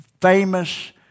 famous